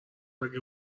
اگه